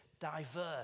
diverse